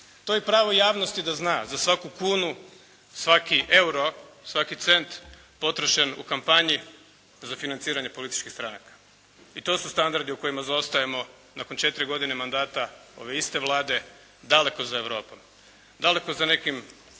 To je pravo javnosti da zna za svaku kunu, svaki euro, svaki cent potrošen u kampanji za financiranje političkih stranaka i to su standardi u kojima zaostajemo i nakon četiri godine mandata ove iste Vlade daleko za Europom, daleko za nekim